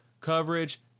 coverage